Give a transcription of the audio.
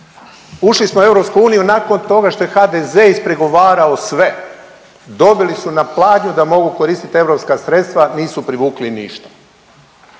Ušli smo u EU nakon toga što je HDZ ispregovarao sve. Dobili su na pladnju da mogu koristiti europska sredstva, nisu privukli ništa.